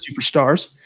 superstars